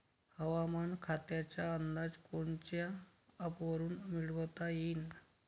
हवामान खात्याचा अंदाज कोनच्या ॲपवरुन मिळवता येईन?